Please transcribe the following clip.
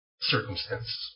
circumstances